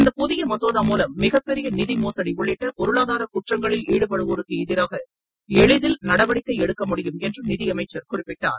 இந்தப் புதிய மசோதா மூலம் மிகப்பெரிய நிதிமோசடி உள்ளிட்ட பொருளாதார குற்றங்களில் ஈடுபடுவோருக்கு எதிராக எளிதில் நடவடிக்கை எடுக்க முடியும் என்று நிதியமைச்சர் குறிப்பிட்டார்